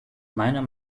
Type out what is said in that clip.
meiner